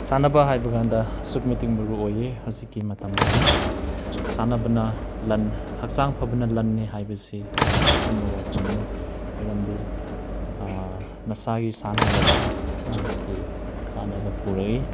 ꯁꯥꯟꯅꯕ ꯍꯥꯏꯕ ꯀꯥꯟꯗ ꯑꯁꯨꯛꯀꯤ ꯃꯇꯤꯛ ꯃꯔꯨ ꯑꯣꯏꯌꯦ ꯍꯧꯖꯤꯛꯀꯤ ꯃꯇꯝꯗꯗꯤ ꯁꯥꯟꯅꯕꯅ ꯂꯟ ꯍꯛꯆꯥꯡ ꯐꯕꯅ ꯂꯟꯅꯤ ꯍꯥꯏꯕꯁꯤ ꯑꯆꯨꯝꯕ ꯋꯥꯐꯝꯅꯤ ꯃꯔꯝꯗꯤ ꯃꯁꯥꯒꯤ ꯁꯥꯟꯅꯕꯅ ꯃꯍꯥꯛꯀꯤ ꯀꯥꯟꯅꯕ ꯄꯨꯔꯛꯏ